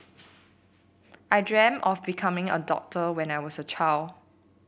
I dreamt of becoming a doctor when I was a child